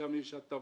יש בו הטבות,